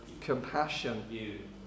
compassion